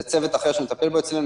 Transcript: זה צוות אחר שמטפל בו אצלנו.